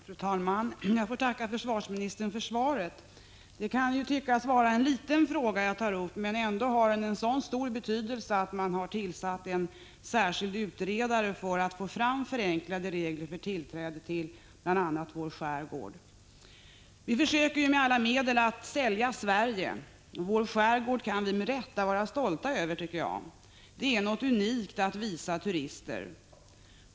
Fru talman! Jag får tacka försvarsministern för svaret. Det kan tyckas vara en liten fråga jag tar upp, men ändå har den så stor betydelse att en särskild utredare har tillsatts för att ta fram förenklade regler för tillträde till bl.a. vår skärgård. Vi försöker med alla medel att sälja Sverige. Vår skärgård kan vi med rätta vara stolta över — den är något unikt att visa turister.